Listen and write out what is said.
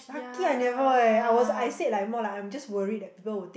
lucky I never eh I was I said like more lah I just worried that people would take